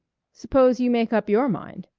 suppose you make up your mind.